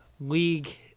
league